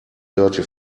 dirty